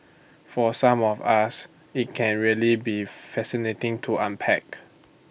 for some of us IT can really be fascinating to unpack